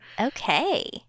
Okay